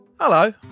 Hello